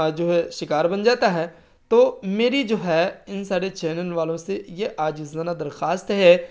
جو ہے شکار بن جاتا ہے تو میری جو ہے ان سارے چینل والوں سے یہ عاجزانہ درخواست ہے